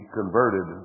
converted